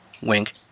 Wink